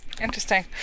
interesting